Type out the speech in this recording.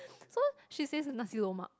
so she says nasi-lemak